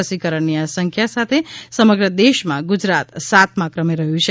રસીકરણની આ સંખ્યા સાથે સમગ્ર દેશમાં ગુજરાત સાતમાં ક્રમે રહ્યું છે